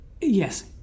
Yes